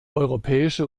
europäische